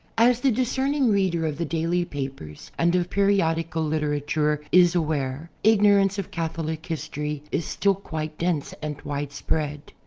as the discerning reader of the daily papers and of periodical literature is aware ignorance of catholic history is still quite dense and widespread.